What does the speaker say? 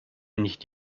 nicht